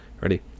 ready